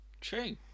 True